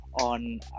on